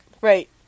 Right